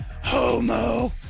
Homo